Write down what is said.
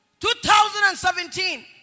2017